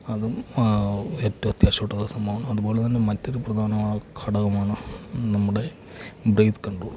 അതും ഏറ്റവും അത്യാവശ്യമായിട്ടുള്ള സംഭവം അതുപോലെ തന്നെ മറ്റൊരു പ്രധാനമായ ഘടകമാണ് നമ്മുടെ ബ്രീത്ത് കൺട്രോൾ